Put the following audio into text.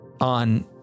on